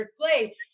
play